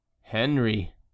henry